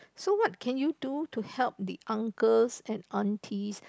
so what can you do to help the uncles and aunties